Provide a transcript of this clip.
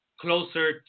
closer